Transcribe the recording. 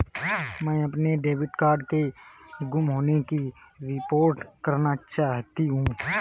मैं अपने debit card के गुम होने की रिपोर्ट करना चाहती हूँ